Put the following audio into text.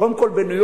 קודם כול בניו-יורק,